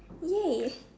ya